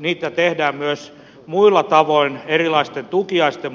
niin tehdään myös muilla tavoin erilaisten tukiaisten